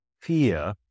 fear